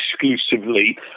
exclusively